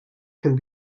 can